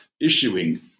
issuing